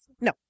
No